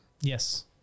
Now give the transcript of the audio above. Yes